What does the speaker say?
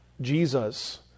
Jesus